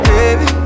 Baby